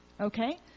Okay